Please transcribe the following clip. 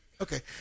okay